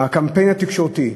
הקמפיין התקשורתי,